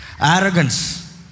Arrogance